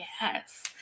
Yes